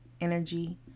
energy